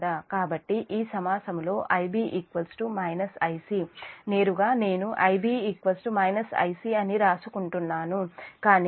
కాబట్టి ఈ సమాసము లో Ib - Ic నేరుగా నేను Ib - Ic అని రాసుకుంటున్నాను కానీ